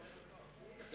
חבר הכנסת איתן כבל, בבקשה.